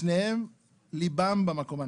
שניהם ליבם במקום הנכון.